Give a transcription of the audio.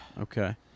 Okay